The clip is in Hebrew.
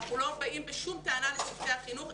אנחנו לא באים בשום טענה אל צוותי החינוך,